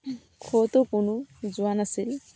ক'তো কোনো যোৱা নাছিল